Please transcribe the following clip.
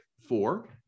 four